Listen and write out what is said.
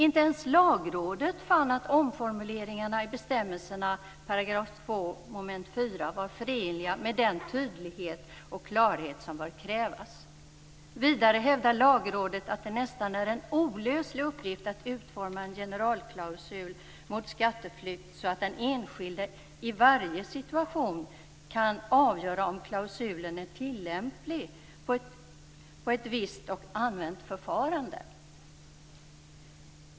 Inte ens Lagrådet fann att omformuleringarna i bestämmelserna i 2 § mom. 4 var förenliga med den tydlighet och klarhet som bör krävas. Vidare hävdar Lagrådet att det nästan är en olöslig uppgift att utforma en generalklausul mot skatteflykt så att den enskilde i varje situation kan avgöra om klausulen är tillämplig på ett visst använt förfarande.